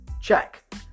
check